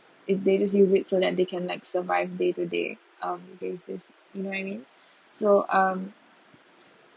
it daily use it so that they can like survive day to day um basis you know what I mean so um